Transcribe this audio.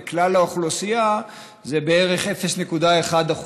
בכלל האוכלוסייה זה בערך 0.1%,